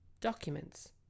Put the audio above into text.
documents